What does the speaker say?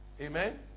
Amen